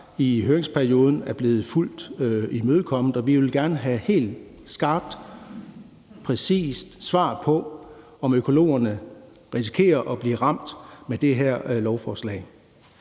i høringsperioden er blevet fuldt imødekommet, og vi vil gerne have et helt klart og præcist svar på, om økologerne risikerer at blive ramt med det her lovforslag.